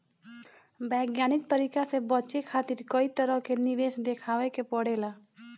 वैज्ञानिक तरीका से बचे खातिर कई तरह के निवेश देखावे के पड़ेला